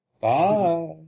Bye